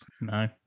No